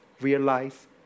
realize